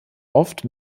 oft